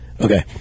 Okay